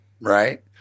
Right